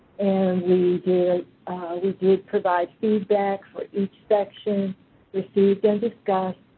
and we did we did provide feedback for each section received, and discussed.